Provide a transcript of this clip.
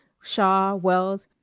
shaw, wells,